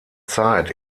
zeit